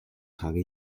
trage